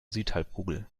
südhalbkugel